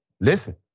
listen